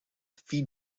fille